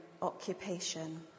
occupation